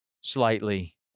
slightly